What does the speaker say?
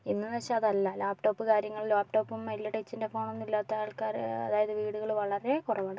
ഇന്നെന്നു വെച്ചാൽ അതല്ല ലാപ് ടോപ്പ് കാര്യങ്ങളും ലാപ് ടോപ്പും വലിയ ടച്ചിൻ്റെ ഫോണൊന്നും ഇല്ലാത്ത ആൾക്കാർ അതായത് വീടുകൾ വളരെ കുറവാണ്